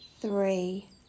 three